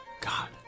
God